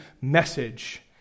message